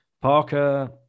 Parker